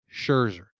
Scherzer